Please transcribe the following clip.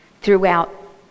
throughout